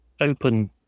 open